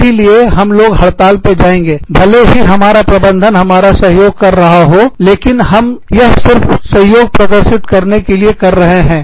इसीलिए हम लोग हड़ताल पर जाएंगे भले ही हमारा प्रबंधन हमारा सहयोग कर रहा हो लेकिन हम यह सिर्फ सहयोग प्रदर्शित करने के लिए कर रहे हैं